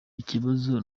ikibazo